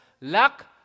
Luck